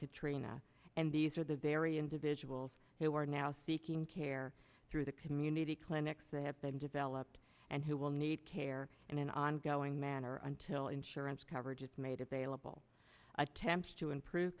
katrina and these are the very individuals who are now seeking care through the community clinics they have been developed and who will need care in an ongoing manner until insurance coverage is made available attempts to improve